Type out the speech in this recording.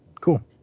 Cool